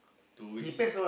two weeks